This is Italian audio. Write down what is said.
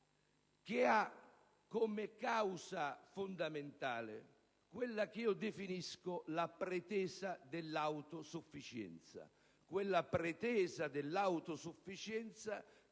che ha come causa fondamentale quella che io definisco la pretesa dell'autosufficienza.